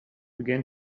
began